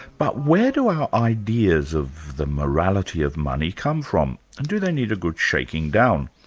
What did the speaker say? but where do our ideas of the morality of money come from, and do they need a good shaking down?